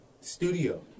studio